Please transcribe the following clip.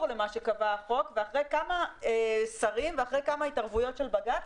ממה שקבע החוק ואחרי כמה שרים והתערבויות של בג"ץ,